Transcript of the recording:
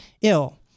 ill